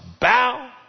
bow